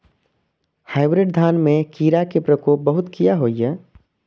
Hybrid धान में कीरा के प्रकोप बहुत किया होया?